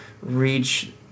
reach